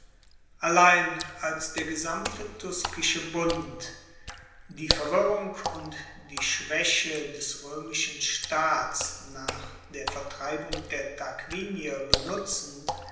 allein als der gesamte tuskische bund die verwirrung und die schwaeche des roemischen staats nach der vertreibung der tarquinier benutzend